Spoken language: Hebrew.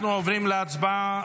אנחנו עוברים להצבעה.